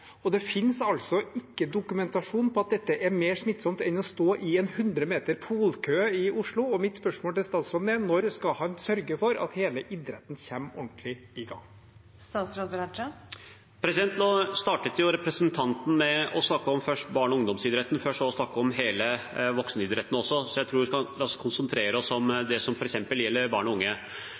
Det finnes altså ikke dokumentasjon på at dette er mer smittsomt enn å stå i en hundre meter lang polkø i Oslo. Og mitt spørsmål til statsråden er: Når skal statsråden sørge for at hele idretten kommer ordentlig i gang? Nå startet representanten først med å snakke om barne- og ungdomsidretten, for så å snakke om hele voksenidretten også. Jeg tror vi kan konsentrere oss om det som gjelder barn og unge.